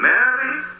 Mary